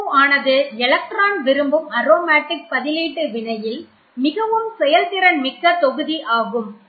NH2 ஆனது electron விரும்பும் aromatic பதிலீட்டு வினையில் மிகவும் செயல்திறன் மிக்க தொகுதி ஆகும்